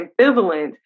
ambivalent